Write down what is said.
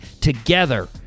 together